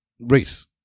race